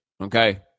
Okay